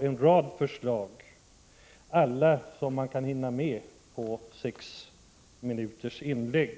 en rad förslag — det antal som man kan hinna med i ett sex minuter långt inlägg.